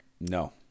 No